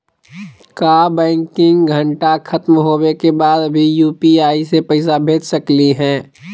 का बैंकिंग घंटा खत्म होवे के बाद भी यू.पी.आई से पैसा भेज सकली हे?